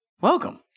welcome